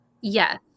Yes